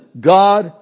God